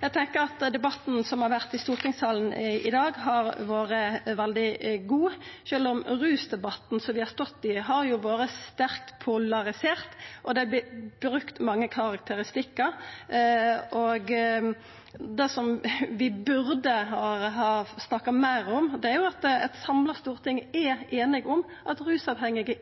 Eg tenkjer at debatten som har vore i stortingssalen i dag, har vore veldig god, sjølv om rusdebatten som vi har stått i, har vore sterkt polarisert, og det vert brukt mange karakteristikkar. Det som vi burde ha snakka meir om, er at eit samla storting er einige om at rusavhengige